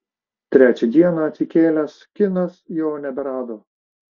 trečią dieną atsikėlęs kinas jo neberado